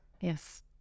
Yes